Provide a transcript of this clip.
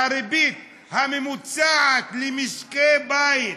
והריבית הממוצעת למשקי בית,